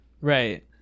Right